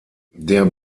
der